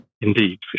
Indeed